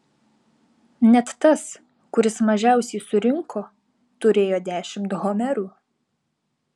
net tas kuris mažiausiai surinko turėjo dešimt homerų